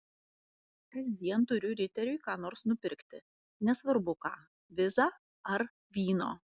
kasdien turiu riteriui ką nors nupirkti nesvarbu ką vizą ar vyno